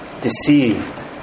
deceived